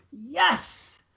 yes